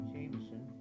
Jameson